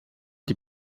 die